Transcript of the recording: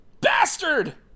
Bastard